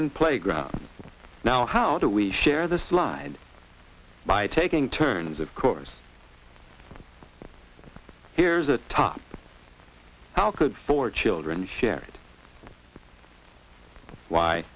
and playgrounds now how do we share the slide by taking turns of course here's a top our good for children shared why